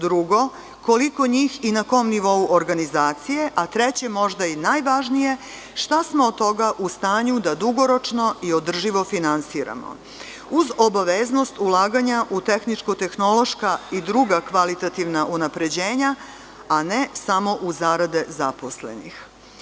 Drugo, koliko njih i na kom nivou organizacije, a treće, možda i najvažnije, šta smo od toga u stanju da dugoročno i održivo finansiramo, uz obaveznost ulaganja u tehničko-tehnološka i druga kvalitativna unapređenja, a ne samo u zarade zaposlenih.